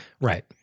Right